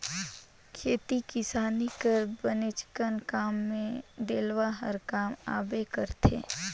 खेती किसानी कर बनेचकन काम मे डेलवा हर काम आबे करथे